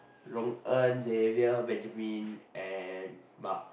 Rong En Xavier Benjamin and Mark